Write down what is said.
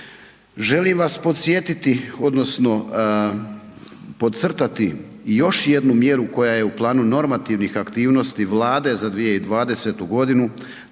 Želim vas podsjetiti odnosno podcrtati još jednu mjeru koja je u planu normativnih aktivnosti Vlade za 2020. godinu,